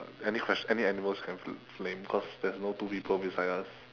any quest~ animals can lame cause there's no two people beside us